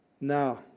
now